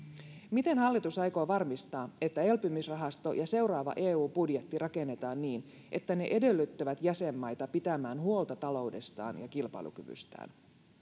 miten hallitus aikoo varmistaa että elpymisrahasto ja seuraava eu budjetti rakennetaan niin että ne edellyttävät jäsenmaita pitämään huolta taloudestaan ja kilpailukyvystään